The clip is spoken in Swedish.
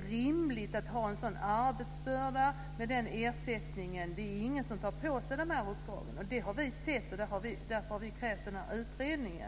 Det är inte rimligt att ha en sådan arbetsbörda med den ersättningen. Det är ingen som tar på sig uppdragen. Det har vi sett, och därför har vi krävt en utredning.